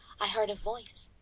i heard a voice,